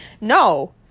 no